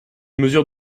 mesure